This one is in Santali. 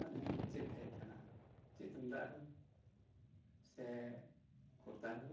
ᱢᱟᱱᱮ ᱪᱮᱫ ᱦᱮᱡ ᱟᱠᱟᱱᱟ ᱪᱮᱫ ᱛᱩᱢᱫᱟᱜ ᱨᱩ ᱥᱮ ᱠᱚᱨᱛᱟᱞ ᱨᱩ